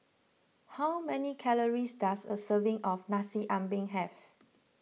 how many calories does a serving of Nasi Ambeng have